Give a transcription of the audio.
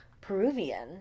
Peruvian